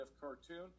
cartoon